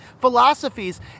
philosophies